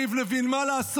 היו"ר משה סולומון: 40 בעד,